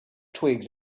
twigs